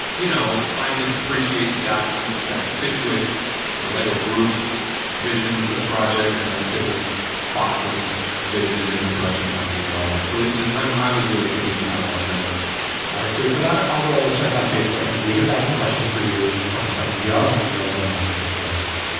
you know, i just appreciate that that that fit with the lego group's vision for the project and that fit with fox, his vision and the production company and all that. so it just i'm i was really pleased with how it all turned out all right. so we put out a call to our listeners on facebook and we have got some questions for you from some young lego master fans.